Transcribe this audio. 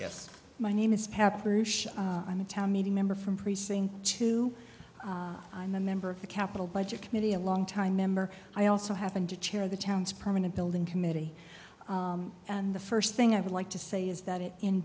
yes my name is pat i'm a town meeting member from precinct two i'm a member of the capital budget committee a long time member i also happen to chair the town's permanent building committee and the first thing i would like to say is that it in